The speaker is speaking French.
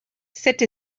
cette